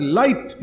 light